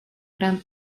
gran